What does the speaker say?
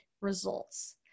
results